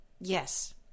Yes